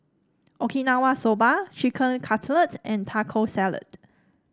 Okinawa Soba Chicken Cutlet and Taco Salad